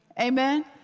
Amen